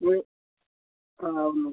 ആ ഒന്ന്